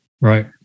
Right